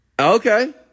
Okay